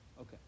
okay